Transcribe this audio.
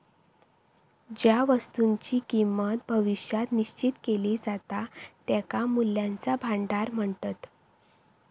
ज्या वस्तुंची किंमत भविष्यात निश्चित केली जाता त्यांका मूल्याचा भांडार म्हणतत